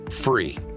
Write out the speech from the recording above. free